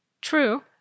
True